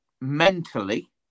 mentally